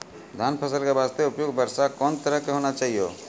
धान फसल के बास्ते उपयुक्त वर्षा कोन तरह के होना चाहियो?